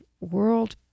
world